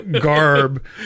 garb